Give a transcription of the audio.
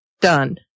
done